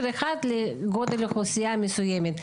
מכשיר אחד לגודל אוכלוסייה מסוים.